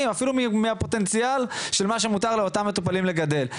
ואפילו מהפוטנציאל של מה שמותר לאותם המטופלים לגדל.